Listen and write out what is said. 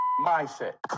mindset